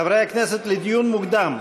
חברי הכנסת, לדיון מוקדם,